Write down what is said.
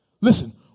listen